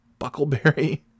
Buckleberry